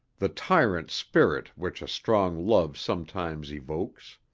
the tyrant spirit which a strong love sometimes evokes.